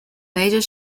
major